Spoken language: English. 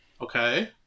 Okay